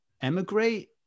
emigrate